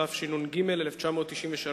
התשנ"ג 1993,